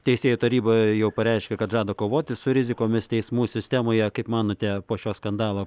teisėjų taryba jau pareiškė kad žada kovoti su rizikomis teismų sistemoje kaip manote po šio skandalo